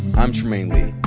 i'm trymaine lee.